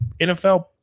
NFL